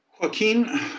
Joaquin